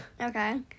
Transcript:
Okay